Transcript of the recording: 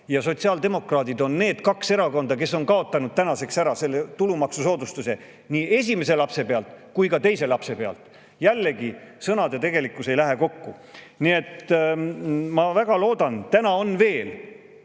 ja sotsiaaldemokraadid on need kaks erakonda, kes on kaotanud tänaseks ära selle tulumaksusoodustuse nii esimese lapse pealt kui ka teise lapse pealt. Jällegi sõnad ja tegelikkus ei lähe kokku. Nii et ma väga loodan. Täna on veel